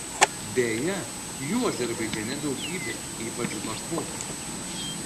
beje jų azerbaidžane daugybė ypač baku